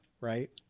right